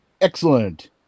Excellent